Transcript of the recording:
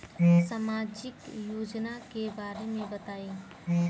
सामाजिक योजना के बारे में बताईं?